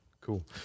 cool